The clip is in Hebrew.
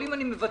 אם אני מבטל,